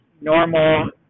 normal